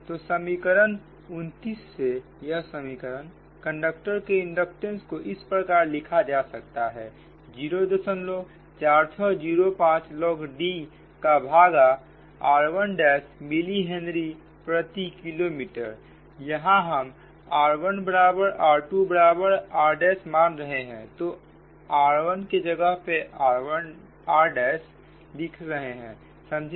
तो समीकरण 29 से यह समीकरण कंडक्टर के इंडक्टेंस को इस प्रकार लिखा जा सकता है 04605 log D का भागा r 1' मिली हेनरी प्रति किलोमीटर यहां हम r1 बराबर r2 बराबर r' मान रहे हैं तो r1 के जगह पर r' लिख रहे हैं समझे